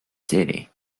city